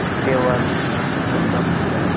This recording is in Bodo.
देवालि दुर्गा फुजा